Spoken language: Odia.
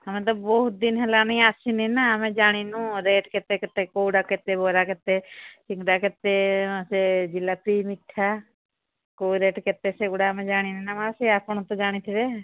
ଆମେ ତ ବହୁତ ଦିନ ହେଲାଣି ଆସିନି ନା ଆମେ ଜାଣିନୁ ରେଟ୍ କେତେ କେତେ କୋଉଟା କେତେ ବରା କେତେ ସିଙ୍ଗଡ଼ା କେତେ ସେ ଜିଲାପି ମିଠା କୋଉ ରେଟ୍ କେତେ ସେଗୁଡ଼ା ଆମେ ଜାଣିନୁ ନା ମାଉସୀ ସେ ଆପଣ ତ ଜାଣିଥିବେ